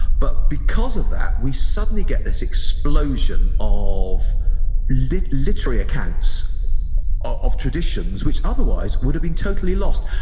but because of that, we suddenly get this explosion of like literary accounts of traditions which otherwise would have been totally lost.